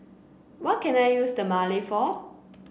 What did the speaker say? what can I use Dermale for